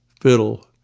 fiddle